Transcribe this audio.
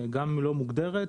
גם לא מוגדרת,